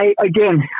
again